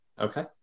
Okay